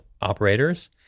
operators